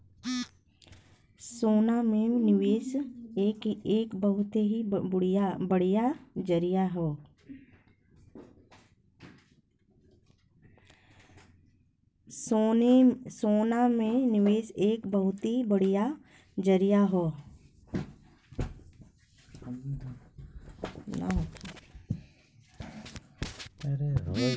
सोना में निवेस एक बहुते बढ़िया जरीया हौ